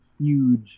huge